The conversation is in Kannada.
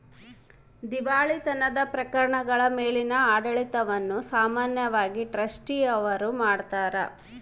ದಿವಾಳಿತನದ ಪ್ರಕರಣಗಳ ಮೇಲಿನ ಆಡಳಿತವನ್ನು ಸಾಮಾನ್ಯವಾಗಿ ಟ್ರಸ್ಟಿ ಅವ್ರು ಮಾಡ್ತಾರ